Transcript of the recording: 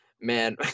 man